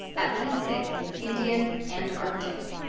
atlantic, indian and arctic.